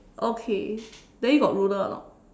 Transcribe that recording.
okay then you got ruler or not